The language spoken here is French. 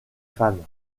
femmes